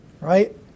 right